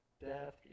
death